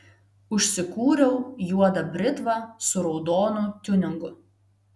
užsikūriau juodą britvą su raudonu tiuningu